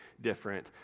different